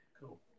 Cool